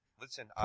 Listen